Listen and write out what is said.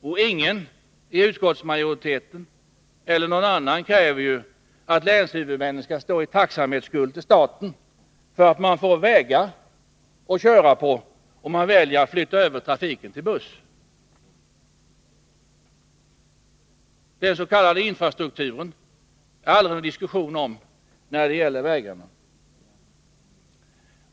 Och ingen i utskottsmajoriteten — eller någon annan — kräver ju att länshuvudmännen skall stå i tacksamhetsskuld till staten för att man får vägar att köra på, om man väljer att flytta över trafiken till buss. Den s.k. infrastrukturen är det aldrig någon diskussion om när det gäller vägarna.